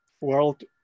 world